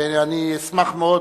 ואשמח מאוד,